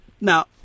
Now